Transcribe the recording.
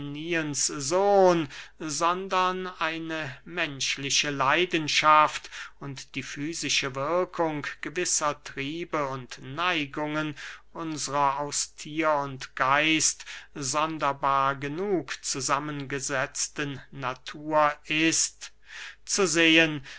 sohn sondern eine menschliche leidenschaft und die fysische wirkung gewisser triebe und neigungen unsrer aus thier und geist sonderbar genug zusammengesetzten natur ist zu sehen